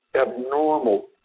abnormal